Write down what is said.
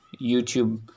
YouTube